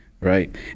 right